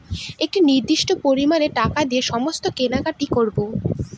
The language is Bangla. একটি নির্দিষ্ট পরিমানে টাকা দিয়ে সমস্ত কেনাকাটি করবো